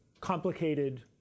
complicated